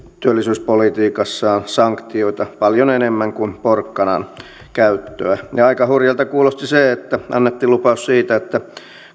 työllisyyspolitiikassaan sanktioita paljon enemmän kuin porkkanan käyttöä aika hurjalta kuulosti se että annettiin lupaus siitä että